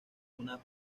una